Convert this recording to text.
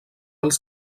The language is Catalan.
els